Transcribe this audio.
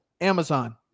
Amazon